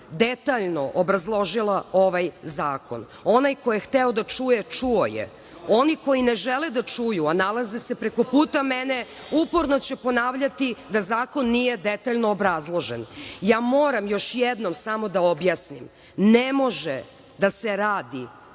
detaljno obrazložila ovaj zakon. Onaj ko je hteo da čuje, čuo je. Oni koji ne žele da čuju, a nalaze se prekoputa mene, uporno će ponavljati da zakon nije detaljno obrazložen. Moram još jednom samo da objasnim – ne može da se radi